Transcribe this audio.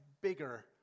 bigger